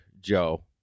Joe